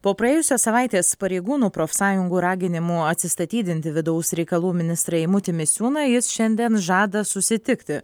po praėjusios savaitės pareigūnų profsąjungų raginimų atsistatydinti vidaus reikalų ministrą eimutį misiūną jis šiandien žada susitikti